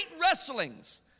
wrestlings